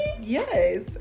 yes